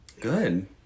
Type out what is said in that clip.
Good